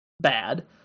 bad